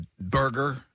burger